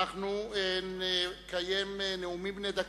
אנחנו נקיים נאומים בני דקה.